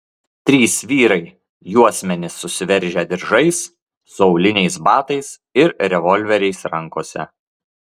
trys vyrai juosmenis susiveržę diržais su auliniais batais ir revolveriais rankose